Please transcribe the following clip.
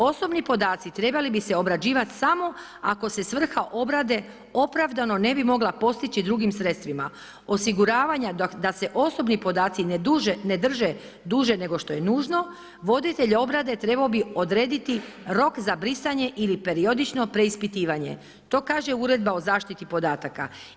Osobni podaci trebali bi se obrađivati samo ako se svrha obrade opravdano ne bi mogla postići drugim sredstvima, osiguravanja da se osobni podaci ne drže duže nego što je nužno, voditelj obrade trebao bi odrediti rok za brisanje ili periodično preispitivanje, to kaže uredba o zaštiti podataka.